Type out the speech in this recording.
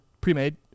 Pre-made